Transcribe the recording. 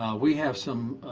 we have some